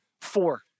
four